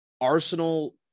Arsenal